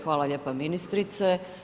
Hvala lijepa ministrice.